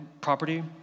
property